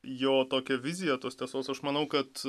jo tokią viziją tos tiesos aš manau kad